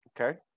Okay